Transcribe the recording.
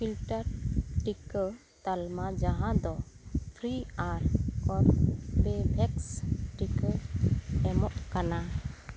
filter ᱴᱤᱠᱟᱹ ᱛᱟᱞᱢᱟ ᱡᱟᱦᱟᱸ ᱫᱚ ᱯᱷᱨᱤ ᱟᱨ ᱠᱚᱨᱵᱮᱵᱷᱮᱠᱥ ᱴᱤᱠᱟᱹ ᱮᱢᱚᱜ ᱠᱟᱱᱟ